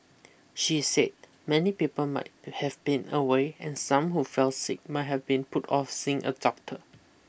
she said many people might have been away and some who fell sick might have put off seeing a doctor